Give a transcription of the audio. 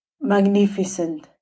magnificent